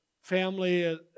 family